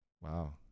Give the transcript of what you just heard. Wow